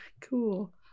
cool